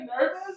nervous